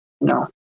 no